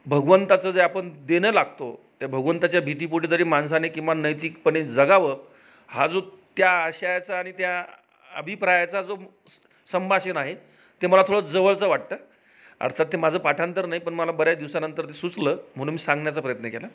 भगवंताचं जे आपण देणं लागतो त्या भगवंंताच्या भीतीपोटी तरी माणसाने किमान नैतिकपणे जगावं हा जो त्या आशयाचा आणि त्या अभिप्रायाचा जो संभाषण आहे ते मला थोडं जवळचं वाटतं अर्थात ते माझं पाठांतर नाही पण मला बऱ्याच दिवसानंतर ते सुचलं म्हणून मी सांगण्याचा प्रयत्न केला